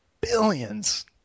billions